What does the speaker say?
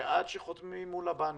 ועד שחותמים מול הבנקים,